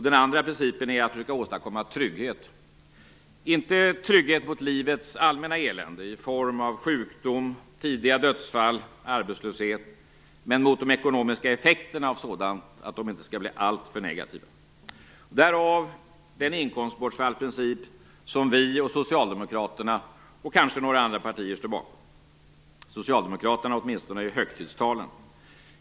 Den andra principen är att försöka åstadkomma trygghet - inte trygghet mot livets allmänna elände i form av sjukdom, tidiga dödsfall och arbetslöshet, men mot de ekonomiska effekterna av sådant så att de inte skall bli alltför negativa. Därav den inkomstbortfallsprincip som vi och socialdemokraterna och kanske några andra partier står bakom, socialdemokraterna åtminstone i högtidstalen.